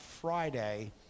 Friday